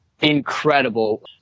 incredible